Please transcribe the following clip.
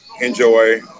enjoy